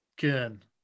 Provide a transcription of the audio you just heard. Good